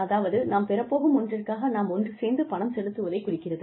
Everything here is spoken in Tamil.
அதாவது நாம் பெறப்போகும் ஒன்றிற்காக நாம் ஒன்று சேர்ந்து பணம் செலுத்துவதை குறிக்கிறது